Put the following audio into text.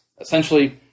Essentially